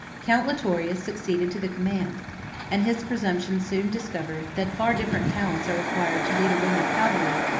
count litorius succeeded to the command and his presumption soon discovered that far different talents are required to lead a wing of cavalry,